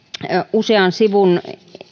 usean sivun